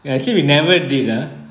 ya actually we never did ah